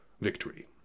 victory